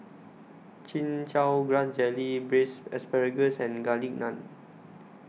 Chin Chow Grass Jelly Braised Asparagus and Garlic Naan